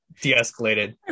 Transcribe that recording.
de-escalated